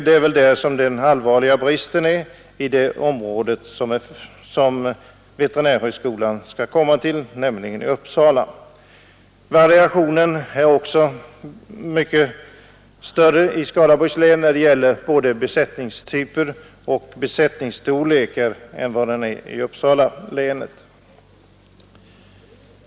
Det är väl där som den allvarligaste bristen ligger i det område veterinärhögskolan skall förläggas till, nämligen Uppsala. Variationen är också mycket större i Skaraborgs län både när det gäller besättningstyper och besättningsstorlekar än den är i Uppsala län.